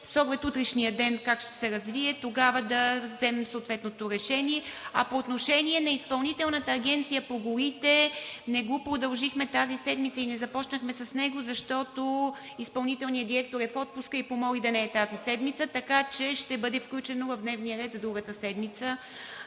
оглед утрешния ден как ще се развие – тогава да вземем съответното решение. А по отношение на Изпълнителната агенция по горите, не го продължихме тази седмица и не започнахме с него, защото изпълнителният директор е в отпуск и помоли да не е тази седмица. Така че ще бъде включено в дневния ред за другата седмица.